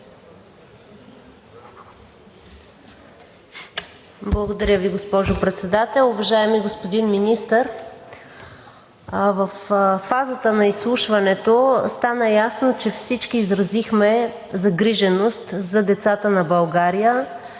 Благодаря Ви, госпожо Председател. Уважаеми господин Министър, във фазата на изслушването стана ясно, че всички изразихме загриженост за децата на България,